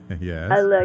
Yes